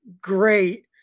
great